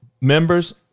members